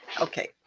Okay